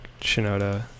Shinoda